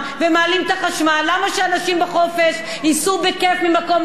למה שאנשים בחופש ייסעו בכיף ממקום למקום ויבלו?